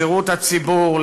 לשירות הציבור,